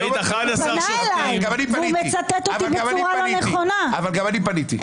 גם אני פניתי.